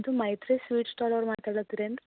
ಇದು Maitri sweet stall ಅವರು ಮಾತಾಡತೇನೆ ರೀ